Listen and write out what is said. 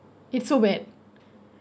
it's so bad